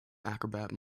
acrobat